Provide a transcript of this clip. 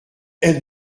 elle